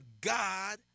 God